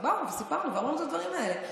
באו, סיפרנו ואמרנו את הדברים האלה.